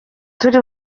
turi